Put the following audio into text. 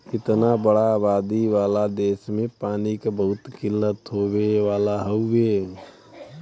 इतना बड़ा आबादी वाला देस में पानी क बहुत किल्लत होए वाला हउवे